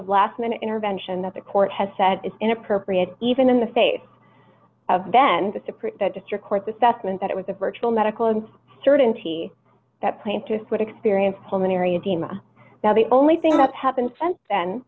of last minute intervention that the court has said is inappropriate even in the face of then to support that district court's assessment that it was a virtual medical and certainty that plaintiffs would experience pulmonary edema now the only thing that's happened since then